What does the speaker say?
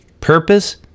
purpose